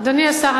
אדוני השר,